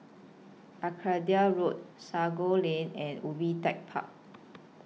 Arcadia Road Sago Lane and Ubi Tech Park